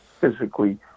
Physically